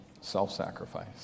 self-sacrifice